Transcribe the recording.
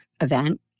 event